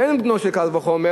בן בנו של קל וחומר,